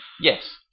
Yes